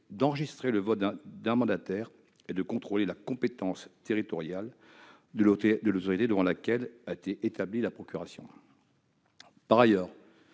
d'enregistrer le vote d'un mandataire et de contrôler la compétence territoriale de l'autorité devant laquelle a été établie la procuration. Par ailleurs,